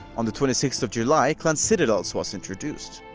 on the twenty sixth of july, clan citadels was introduced.